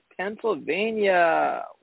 Pennsylvania